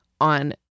on